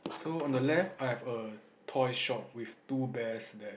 so on the left I have a toy shop with two bears there